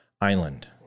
island